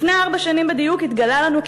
לפני ארבע שנים בדיוק התגלה לנו כי